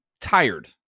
tired